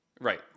right